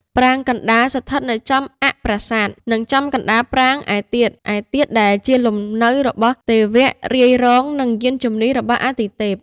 ប្រាង្គកណ្តាលស្ថិតនៅចំអ័ក្សប្រាសាទ និងចំកណ្តាលប្រាង្គឯទៀតៗ ដែលជាលំនៅរបស់ទេវៈរាយរង និងយានជំនិះរបស់អាទិទេព។